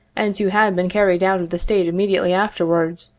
and who had been carried out of the state immediately afterwards,